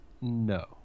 No